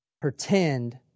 pretend